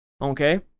Okay